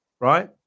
right